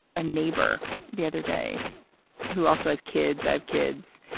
a neighbor the other day who also has kids, i have kids.